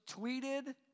tweeted